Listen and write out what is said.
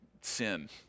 sin